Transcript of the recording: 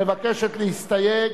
מבקשת להסתייג.